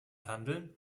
handeln